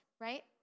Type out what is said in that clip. right